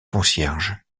concierge